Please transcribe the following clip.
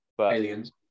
Aliens